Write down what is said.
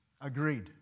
agreed